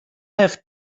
have